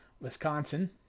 Wisconsin